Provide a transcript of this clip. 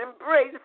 embrace